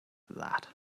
that